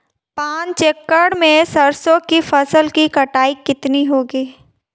पांच एकड़ में सरसों की फसल की कटाई कितनी होगी?